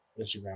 Instagram